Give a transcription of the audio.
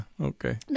Okay